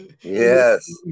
Yes